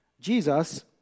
Jesus